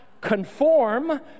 conform